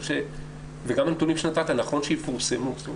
גם הנתונים שנתת, נכון שיפורסמו.